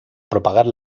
propagar